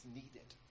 needed